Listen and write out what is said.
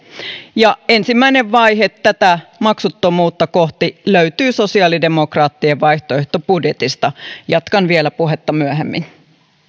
ja ensimmäinen vaihe tätä maksuttomuutta kohti löytyy sosiaalidemokraattien vaihtoehtobudjetista jatkan vielä puhetta myöhemmin